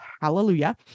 Hallelujah